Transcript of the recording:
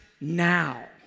now